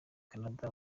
canada